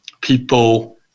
people